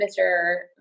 Mr